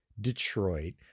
Detroit